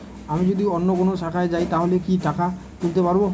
আমি যদি অন্য কোনো শাখায় যাই তাহলে কি টাকা তুলতে পারব?